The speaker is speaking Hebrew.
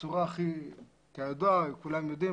כולם יודעים.